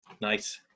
Nice